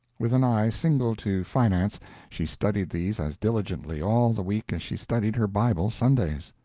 with an eye single to finance she studied these as diligently all the week as she studied her bible sundays.